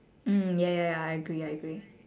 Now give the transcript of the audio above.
mm ya ya ya I agree I agree